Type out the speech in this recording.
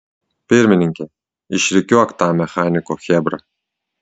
pirmininke išrikiuok tą mechaniko chebrą